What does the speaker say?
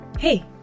Hey